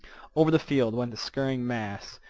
over the field went the scurrying mass.